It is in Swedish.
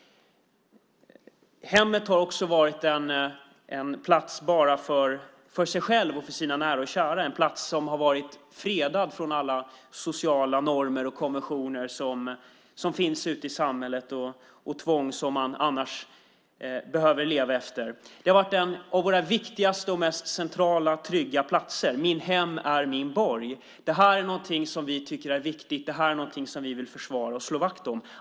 Hemmet har också varit en plats bara för en själv och ens nära och kära. Det har varit en plats som har varit fredad från alla sociala normer och konventioner som finns ute i samhället och de tvång som man annars behöver leva under. Hemmet har varit en av våra viktigaste och mest centrala platser. Mitt hem är min borg! Det är någonting som vi tycker är viktigt och som vi vill försvara och slå vakt om.